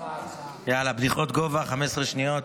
לקריאה השנייה